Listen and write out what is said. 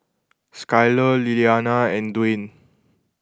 Skylar Lilyana and Dwane